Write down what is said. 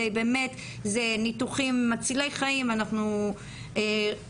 אלה באמת ניתוחים מצילי חיים ואנחנו רוצות